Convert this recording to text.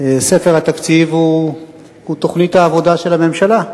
ספר התקציב הוא תוכנית העבודה של הממשלה,